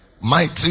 mighty